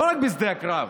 לא רק בשדה הקרב,